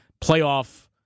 playoff